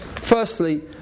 Firstly